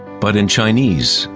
but in chinese,